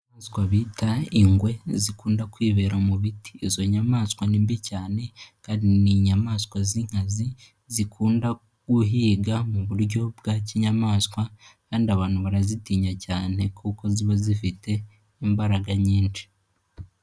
Inyamaswa bita ingwe zikunda kwibera mu biti izo nyamaswa ni mbi cyane inyamaswa z'inkazi zikunda guhiga mu buryo bwa kinyamaswa kandi abantu barazitinya cyane kuko ziba zifite imbaraga nyinshi.